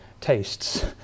tastes